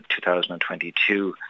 2022